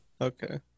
Okay